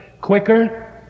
quicker